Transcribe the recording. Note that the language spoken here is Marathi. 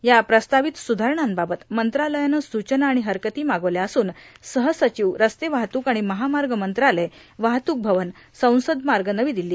या प्रस्तावित सुधारणांवावत मंत्रालयानं सूचना आणि हरकती मागवल्या असून सहसचिव रस्ते वाहतूक आणि महामार्न मंत्रालय वाहतूक भवन संसद मार्ग नवी दिल्ली